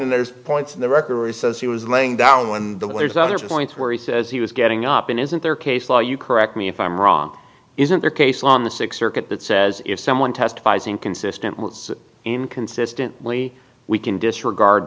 and there's points in the record he says he was laying down when the lawyers other points where he says he was getting up in isn't there case law you correct me if i'm wrong isn't the case on the sixth circuit that says if someone testifies inconsistent with inconsistently we can disregard